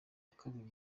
kabiri